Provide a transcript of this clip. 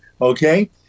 Okay